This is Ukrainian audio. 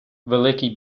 великий